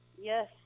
Yes